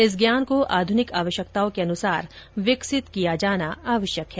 इस ज्ञान को आधुनिक आवश्यकताओं के अनुसार विकसित किया जाना आवश्यक है